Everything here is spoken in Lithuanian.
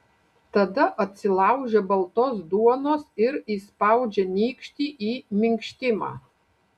tada atsilaužia baltos duonos ir įspaudžia nykštį į minkštimą